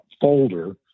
folder